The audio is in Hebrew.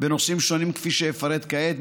בנושאים שונים כפי שאפרט כעת,